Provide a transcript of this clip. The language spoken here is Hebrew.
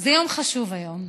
זה יום חשוב היום.